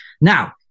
Now